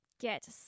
Get